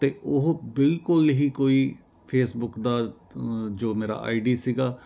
ਅਤੇ ਉਹ ਬਿਲਕੁਲ ਹੀ ਕੋਈ ਫੇਸਬੁਕ ਦਾ ਜੋ ਮੇਰਾ ਆਈ ਡੀ ਸੀਗੀ